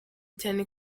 cyane